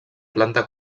planta